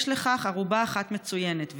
יש לכך ערובה אחת מצוינת,